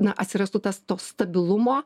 na atsirastų tas to stabilumo